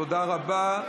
תודה רבה.